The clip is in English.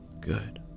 Good